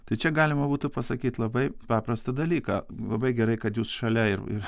tai čia galima būtų pasakyt labai paprastą dalyką labai gerai kad jūs šalia ir ir